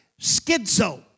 schizo